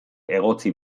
egotzi